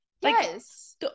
Yes